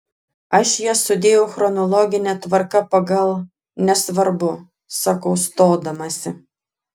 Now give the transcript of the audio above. aš jas sudėjau chronologine tvarka pagal nesvarbu sakau stodamasi